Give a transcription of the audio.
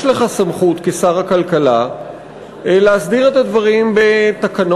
יש לך סמכות כשר הכלכלה להסדיר את הדברים בתקנות.